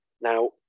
Now